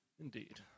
Indeed